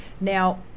Now